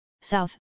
south